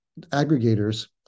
aggregators